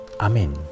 Amen